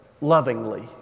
lovingly